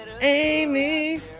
Amy